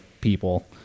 people